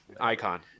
icon